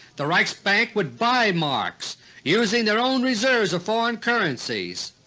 the reichsbank would buy marks using their own reserves of foreign currencies.